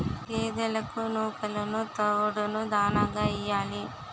గేదెలకు నూకలును తవుడును దాణాగా యియ్యాలి